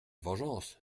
vengeance